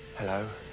hello.